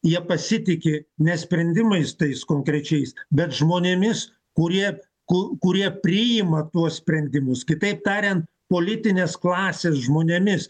jie pasitiki ne sprendimais tais konkrečiais bet žmonėmis kurie ku kurie priima tuos sprendimus kitaip tarian politinės klasės žmonėmis